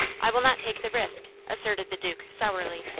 i will not take the risk, asserted the duke, sourly.